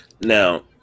Now